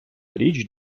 річ